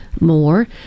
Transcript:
more